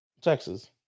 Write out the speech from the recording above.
Texas